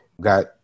got